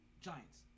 Giants